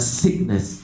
sickness